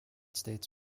states